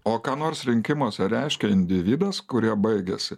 o ką nors rinkimuose reiškia individas kurie baigiasi